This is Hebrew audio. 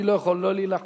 אני לא יכול לא להילחם,